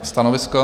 Stanovisko?